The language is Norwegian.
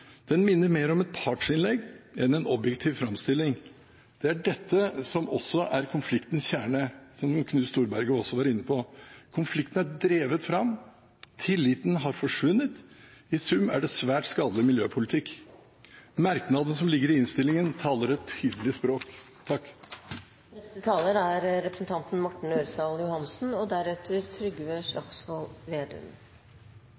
Den minner mer om et partsinnlegg enn en objektiv framstilling. Det er dette som er konfliktens kjerne, som Knut Storberget også var inne på. Konflikten er drevet fram, tilliten har forsvunnet – i sum er det svært skadelig miljøpolitikk. Merknadene som ligger i innstillingen, taler et tydelig språk.